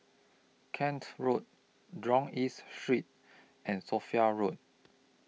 Kent Road Jurong East Street and Sophia Road